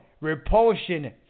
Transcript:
Repulsion